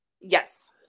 Yes